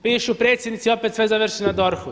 Pišu predsjednici opet sve završi na DORH-u.